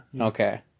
Okay